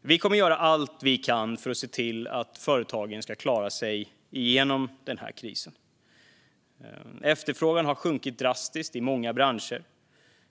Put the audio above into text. Vi kommer att göra allt vi kan för att se till att företagen klarar sig igenom krisen. Efterfrågan har sjunkit drastiskt i många branscher.